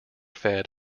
fed